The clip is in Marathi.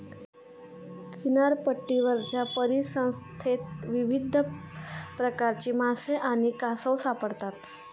किनारपट्टीवरच्या परिसंस्थेत विविध प्रकारचे मासे आणि कासव सापडतात